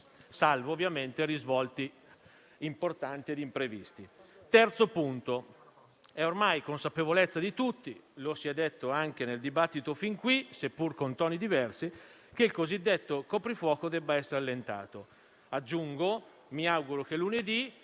salvo ovviamente risvolti importanti e imprevisti. Vengo al terzo punto. È ormai consapevolezza di tutti - lo si è detto anche nel dibattito fino ad ora, seppur con toni diversi - che il cosiddetto coprifuoco debba essere allentato. Aggiungo che mi auguro che lunedì